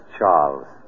Charles